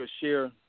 share